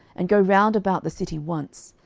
and go round about the city once.